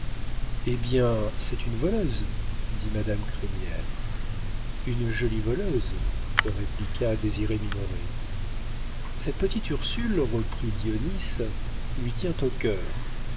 eh bien c'est une voleuse dit madame crémière une jolie voleuse répliqua désiré minoret cette petite ursule reprit dionis lui tient au cœur